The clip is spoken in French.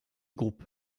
groupe